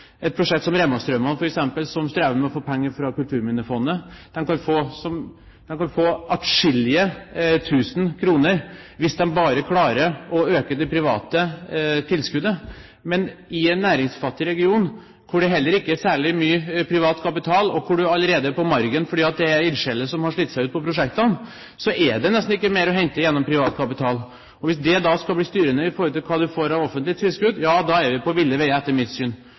Et prosjekt som f.eks. Remmastrauman, som strever med å få penger fra Kulturminnefondet, kan få atskillige tusen kroner hvis de bare klarer å øke det private tilskuddet. Men i en næringsfattig region, hvor det heller ikke er særlig mye privat kapital, og hvor man allerede er på margen fordi ildsjeler har slitt seg ut på prosjektene, er det nesten ikke mer å hente gjennom privat kapital. Hvis det skal bli styrende for hva man får av offentlige tilskudd, er vi på ville veier, etter mitt syn.